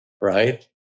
right